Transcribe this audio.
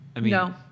No